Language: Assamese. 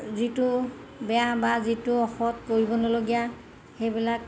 যিটো বেয়া বা যিটো অসৎ কৰিব নলগীয়া সেইবিলাক